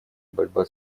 борьба